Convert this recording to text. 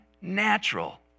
natural